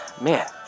Man